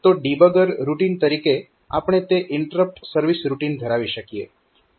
તો debugger routine તરીકે આપણે તે ઇન્ટરપ્ટ સર્વિસ રૂટીન ધરાવી શકીએ